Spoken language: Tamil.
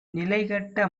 நிலைகெட்ட